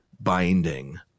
binding